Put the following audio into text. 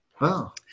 Wow